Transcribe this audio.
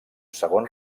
segon